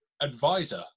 advisor